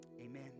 amen